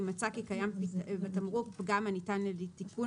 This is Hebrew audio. אם מצא כי קיים בתמרוק פגם הניתן לתיקון